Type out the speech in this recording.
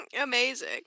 Amazing